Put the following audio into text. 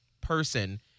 person